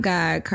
God